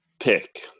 pick